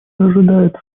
ожидает